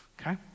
okay